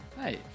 Hey